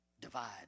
divide